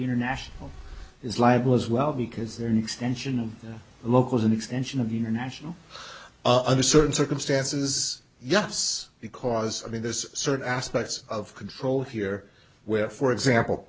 international is liable as well because they're any extension of the locals an extension of international under certain circumstances yes because i mean there's certain aspects of control here where for example